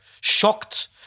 shocked